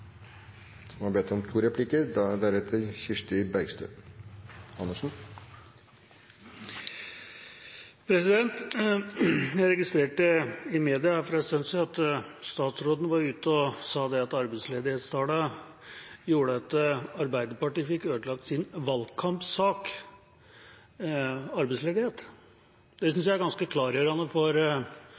at statsråden var ute og sa at arbeidsledighetstallene gjorde at Arbeiderpartiet fikk ødelagt sin valgkampsak arbeidsledighet. Det synes jeg er ganske klargjørende for